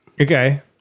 okay